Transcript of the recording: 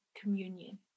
communion